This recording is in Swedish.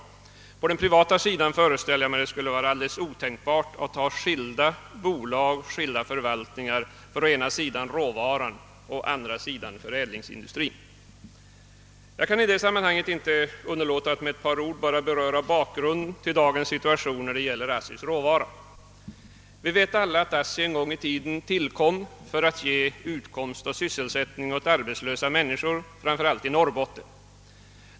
Jag föreställer mig att det på den privata sidan skulle vara alldeles otänkbart att ha skilda bolag och skilda förvaltningar för råvaran och förädlingsindustrin. Jag kan i detta sammanhang inte underlåta att med några ord beröra bakgrunden till dagens situation när det gäller ASSI:s råvara. Vi vet alla att ASSI en gång i tiden tillkom för att ge utkomst och sysselsättning åt arbetslösa mänmiskor, framför allt i Norrbotten.